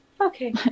Okay